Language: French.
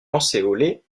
lancéolées